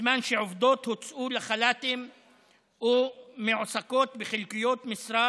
בזמן שעובדות הוצאו לחל"ת או מועסקות בחלקיות משרה